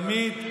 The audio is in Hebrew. כל הכבוד.